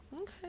Okay